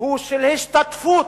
הוא של השתתפות